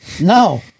No